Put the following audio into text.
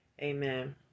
Amen